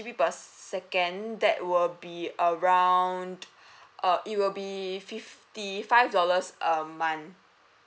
per second that will be around err it will be fifty five dollars um month